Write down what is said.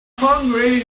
hungry